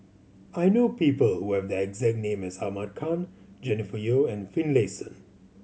I know people who have the exact name as Ahmad Khan Jennifer Yeo and Finlayson